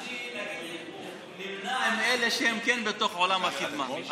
אני נמנה עם אלה שהם כן בעולם הקדמה,